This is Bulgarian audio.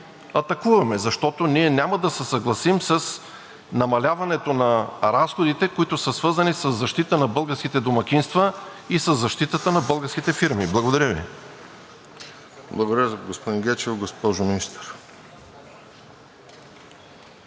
атакуваме, защото ние няма да се съгласим с намаляването на разходите, които са свързани със защита на българските домакинства и със защитата на българските фирми. Благодаря Ви. ПРЕДСЕДАТЕЛ РОСЕН ЖЕЛЯЗКОВ: Благодаря, господин Гечев. Госпожо Министър,